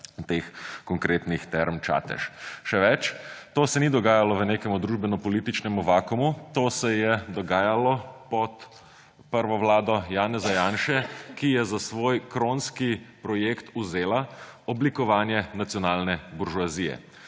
teh konkretnih Term Čatež. Še več, to se ni dogajalo v nekem družbenopolitičnem vakuumu, to se je dogajalo pod prvo vlado Janeza Janše, ki je za svoj kronski projekt vzela oblikovanje nacionalne buržoazije.